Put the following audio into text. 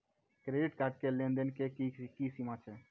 Credit card के लेन देन के की सीमा छै?